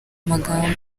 amagambo